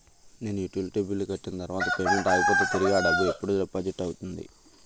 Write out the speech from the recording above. నేను utility bill కట్టిన తర్వాత పేమెంట్ ఆగిపోతే తిరిగి అ డబ్బు ఎప్పుడు డిపాజిట్ అవుతుంది?